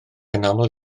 aml